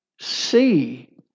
see